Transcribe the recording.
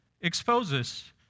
exposes